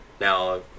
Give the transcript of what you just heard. Now